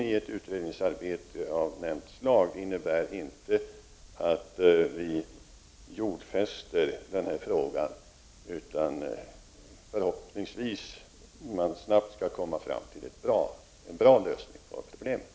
Att ett utredningsarbete av nämnt slag förs in innebär inte att vi jordfäster denna fråga, utan förhoppningsvis att man snabbt skall komma fram till en bra lösning på problemet.